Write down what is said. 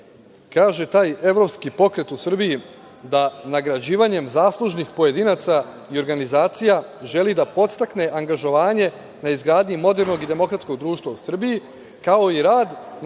taj Evropski pokret u Srbiji da nagrađivanjem zaslužnih pojedinaca i organizacija želi da podstakne angažovanje na izgradnji modernog i demokratskog društva u Srbiji, kao i rad na